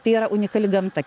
tai yra unikali gamta